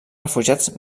refugiats